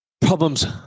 problems